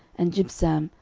and jibsam,